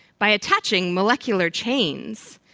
by attaching molecular chains.